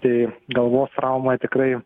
tai galvos trauma tikrai